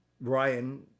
Ryan